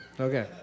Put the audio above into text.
Okay